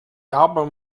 album